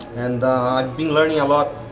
and i've been learning a lot,